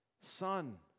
Son